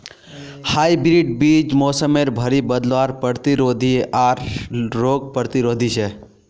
hybrid बीज मोसमेर भरी बदलावर प्रतिरोधी आर रोग प्रतिरोधी छे